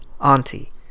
auntie